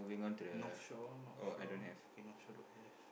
North Shore North Shore k North Shore don't have